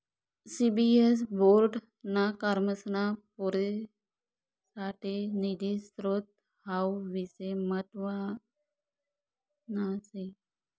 CBSE board ना कॉमर्सना पोरेससाठे निधी स्त्रोत हावू विषय म्हतवाना शे